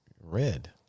Red